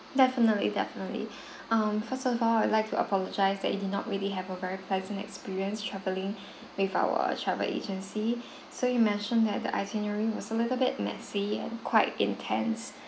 definitely definitely um first of all I would like to apologise that you did not really have a very pleasant experience travelling with our travel agency so you mentioned that the itinerary was a little bit messy and quite intense